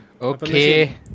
Okay